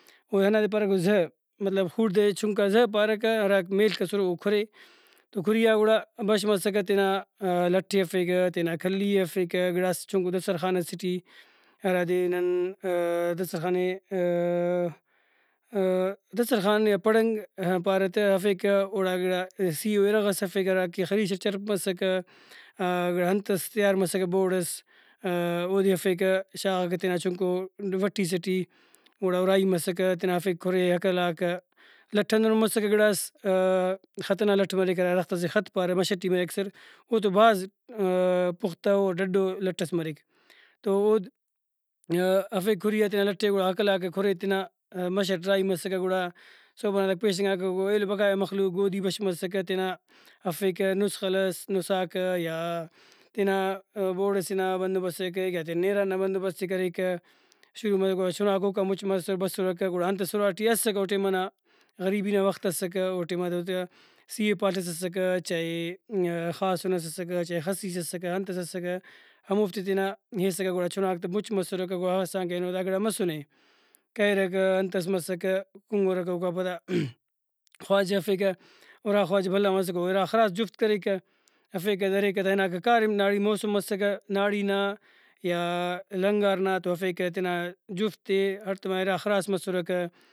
گڑا ہندادے پارہ کہ زہ مطلب خوڑدہ ئ چنکا زہ پارکہ ہراکہ میلک اسرہ او کھرے تو کھریئا گڑا بش مسکہ تینا لٹ ئے ہرفیکہ تینا کلی ئے ہرفیکہ گڑاس چُھنکو دستر خوان سے ٹی ہرادے نن دسترخوان ئے دسترخوان یا پڑنگ پارہ تہ ہرفیکہ اوڑا گڑا سی ؤ اِرغس ہرفیکہ ہراکہ خریش اٹ چَرپ مسکہ انتس تیار مسکہ بوڑ ئس اودے ہرفیکہ شاغاکہ تینا چُنکو وٹی سے ٹی گڑا او راہی مسکہ تینا ہرفیکہ کُھرے ہکلاکہ لٹ ہندنو مسکہ گڑاس خط ئنا لٹ مریک ہرا درخت سے خط پارہ مش ٹی مریک او تو بھاز پختہ او ڈڈو لٹ ئس مریک تو اود ہرفتے کھریئا تینا لٹے گڑا ہکلاکہ کھرے تینا مشٹ راہی مسکہ گڑا صوب ئنا داکا پیشتنگاکہ گڑا ایلو بقایا مخلوق گودی بش مسکہ تینا ہرفیکہ نسخل ئس نُساکہ یا تینا بوڑ ئسے نا بندوستے کریکہ یا تینا ارغ نا بندوبست ئے کریکہ شروع مسکہ گڑا چُھناک اوکا مُچ مسر بسرکہ گڑا انتس اُراٹی اسکہ او ٹائم ئنا غریبی نا وخت اسکہ او ٹائما تا سی ؤ پال ئس اسکہ چائے خاسُن ئس اسکہ چائے خسیس اسکہ انتس اسکہ ہموفتے تینا ہیسکہ گڑا چُھناک تہ مُچ مسرکہ گڑا ہوس آن کہ اینو دا گڑا مسنے کریرکہ انتس مسکہ کُنگرکہ اوکا پدا(voice)خواجہ ہرفیکہ اُرا خواجہ بھلا مسکہ او اِرا خراس جُفت کریکہ ہرفیکہ دریکہ تا ہناکہ کاریم نا اگہ موسم مسکہ ناڑی نا یا لنگارنا تو ہرفیکہ تینا جُفت ئے ہڑتوما اِرا خراس مسرکہ